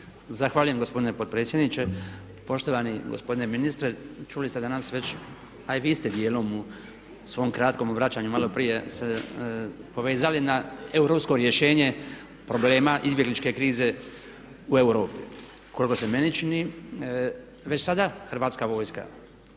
Zahvaljujem gospodine potpredsjedniče. Poštovani gospodine ministre čuli ste danas već, a i vi ste dijelom u svom kratkom obraćanju maloprije se nadovezali na europsko rješenje problema izbjegličke krize u Europi. Koliko se meni čini već sada Hrvatska vojska